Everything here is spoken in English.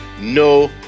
no